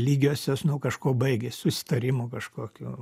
lygiosios nu kažkuo baigės susitarimu kažkokiu